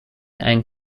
and